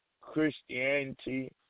Christianity